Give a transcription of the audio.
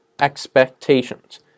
expectations